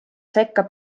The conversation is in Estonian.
sekka